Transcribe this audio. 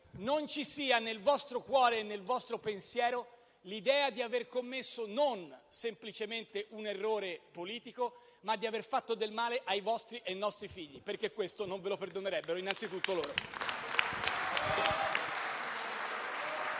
non ci sia nel vostro cuore e nel vostro pensiero l'idea di aver commesso, non semplicemente un errore politico, ma di aver fatto del male ai vostri e nostri figli, perché questo non ve lo perdonerebbero, innanzitutto loro.